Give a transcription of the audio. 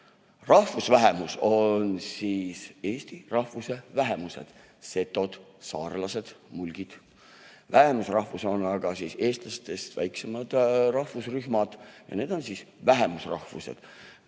Rahvusvähemused on eesti rahvuse vähemused: setod, saarlased, mulgid. Vähemusrahvused on aga eestlastest väiksemad rahvusrühmad, need on vähemusrahvused.